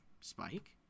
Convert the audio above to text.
Spike